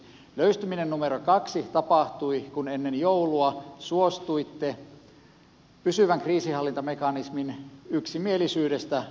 löystyminen numero kaksi tapahtui kun ennen joulua suostuitte pysyvän kriisinhallintamekanismin yksimielisyydestä luopumiseen